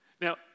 Now